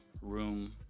room